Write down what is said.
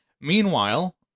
Meanwhile